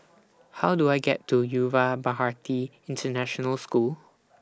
How Do I get to Yuva Bharati International School